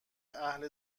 اهل